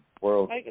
world